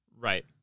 Right